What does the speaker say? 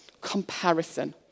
Comparison